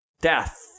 death